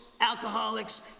alcoholics